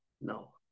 No